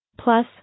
Plus